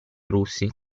russi